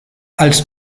als